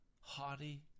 haughty